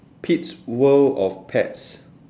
kids world of pets